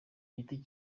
giti